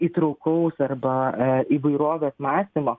įtraukaus arba įvairovės mąstymo